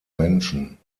menschen